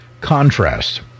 contrast